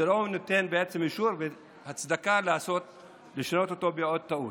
זה לא נותן אישור והצדקה לשנות אותו בעוד טעות.